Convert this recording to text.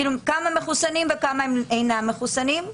כמה מחוסנים וכמה אינם מחוסנים?